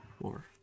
War